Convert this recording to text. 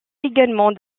également